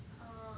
uh